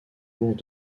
bourg